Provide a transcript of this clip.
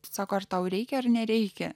sako ar tau reikia ar nereikia